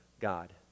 God